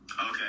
Okay